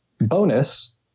bonus